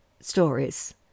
stories